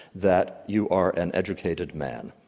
that you are an educated man,